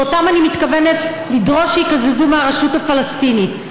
ואותם אני מתכוונת לדרוש שיקזזו מהרשות הפלסטינית.